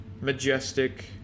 majestic